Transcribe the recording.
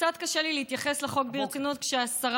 וקצת קשה לי להתייחס לחוק ברצינות כשהשרה